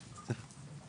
כן.